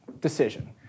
decision